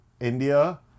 India